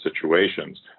situations